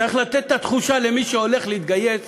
צריך לתת את התחושה למי שהולך להתגייס